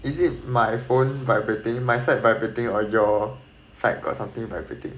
is it my phone vibrating my side vibrating or your side got something vibrating